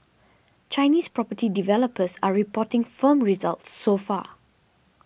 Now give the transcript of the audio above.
Chinese property developers are reporting firm results so far